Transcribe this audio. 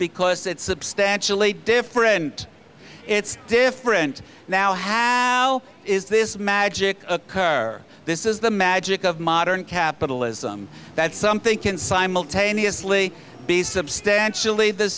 because it's substantially different it's different now have is this magic occur this is the magic of modern capitalism that something can simultaneously be substantially the